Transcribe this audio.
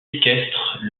équestres